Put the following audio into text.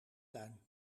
tuin